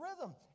rhythm